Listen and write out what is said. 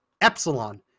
Epsilon